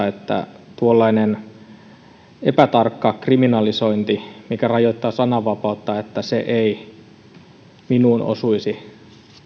että tuollainen epätarkka kriminalisointi mikä rajoittaa sananvapautta ei minuun osuisi